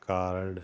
card